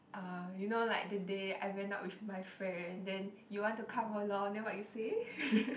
uh you know like the day I went out with my friend then you want to come along then what you say